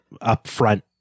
upfront